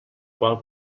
qual